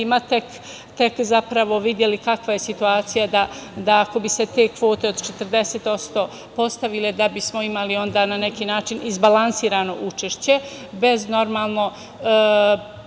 tek zapravo videli kakva je situacija, da ako bi se te kvote od 40% postavile da bismo imali onda na neki način izbalansirano učešće, bez nekog